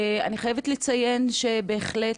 אני חייבת לציין שבהחלט,